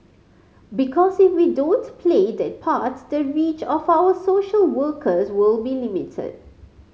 because if we don't play that part the reach of our social workers will be limited